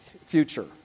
future